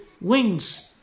wings